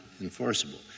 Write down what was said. enforceable